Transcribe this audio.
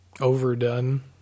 overdone